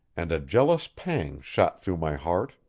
and a jealous pang shot through my heart.